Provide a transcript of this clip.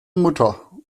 mutter